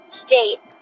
state